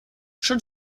schon